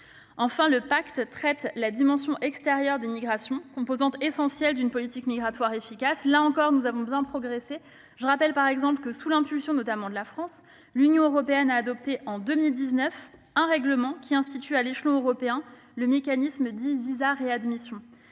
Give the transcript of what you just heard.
Enfin, le pacte traite la dimension extérieure des migrations, composante essentielle d'une politique migratoire efficace. Là encore, nous avons bien progressé. Je rappelle, par exemple, que l'Union européenne, notamment sous l'impulsion de la France, a adopté en 2019 un règlement instituant, à l'échelon européen, un mécanisme dit «visa-réadmission»